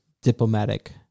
diplomatic